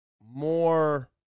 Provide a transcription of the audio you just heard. more